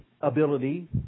ability